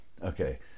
Okay